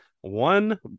one